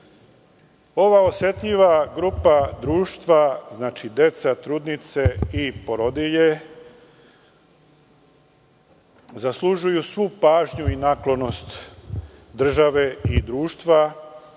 Ova osetljiva grupa društva, deca, trudnice i porodilje, zaslužuju svu pažnju i naklonost države i društva